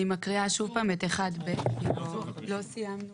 אני מקריאה שוב את 1ב. "(1ב)שר